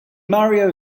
mario